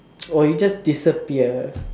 or you just disappear